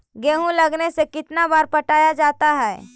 गेहूं लगने से कितना बार पटाया जाता है?